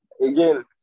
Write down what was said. again